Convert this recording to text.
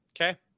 Okay